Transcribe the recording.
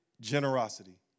generosity